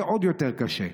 זה עוד יותר קשה.